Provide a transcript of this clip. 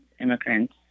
immigrants